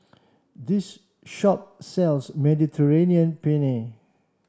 this shop sells Mediterranean Penne